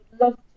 love